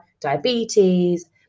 diabetes